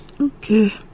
Okay